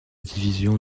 division